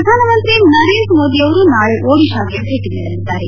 ಪ್ರಧಾನಮಂತ್ರಿ ನರೇಂದ್ರ ಮೋದಿ ಅವರು ನಾಳೆ ಒಡಿಶಾಗೆ ಭೇಟಿ ನೀಡಲಿದ್ದಾರೆ